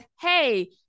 Hey